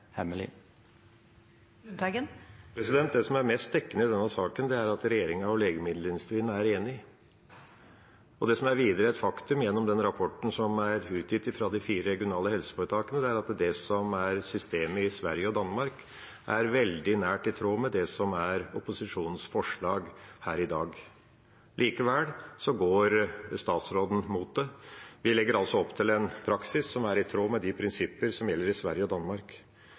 Det som er mest dekkende i denne saken, er at regjeringa og legemiddelindustrien er enige. Og det som videre er et faktum gjennom den rapporten som er utgitt av de fire regionale helseforetakene, er at det som er systemet i Sverige og Danmark, er veldig nært i tråd med det som er opposisjonens forslag her i dag. Likevel går statsråden mot det. Vi legger altså opp til en praksis som er i tråd med de prinsipper som gjelder i Sverige og Danmark.